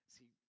See